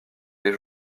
les